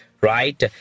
right